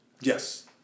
Yes